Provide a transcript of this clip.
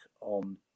on